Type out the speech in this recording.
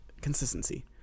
consistency